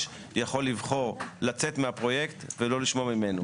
יכול לבחור לצאת מהפרויקט ולא לשמוע ממנו.